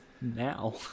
now